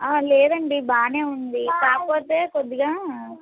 లేదండి బాగానే ఉంది కాకపోతే కొద్దిగా